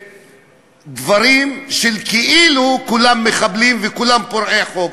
בדברים שכאילו כולם מחבלים וכולם פורעי חוק,